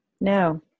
no